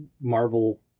Marvel